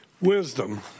Wisdom